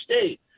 State